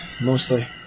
mostly